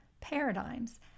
paradigms